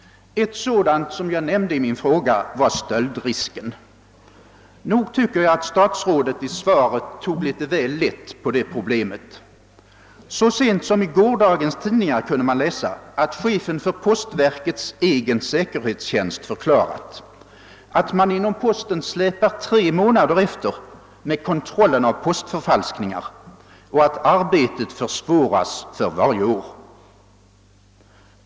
Ett sådant som jag nämnde i min fråga är stöldrisken. Nog tycker jag att statsrådet i svaret tog litet väl lätt på det problemet. Så sent som i gårdagens tidningar kunde man läsa att chefen för postverkets egen säkerhetstjänst förklarat, att man inom posten släpar efter tre månader med kontrollen av postförfalskningar och att arbetet försvåras för varje år.